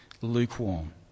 lukewarm